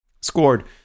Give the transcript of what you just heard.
scored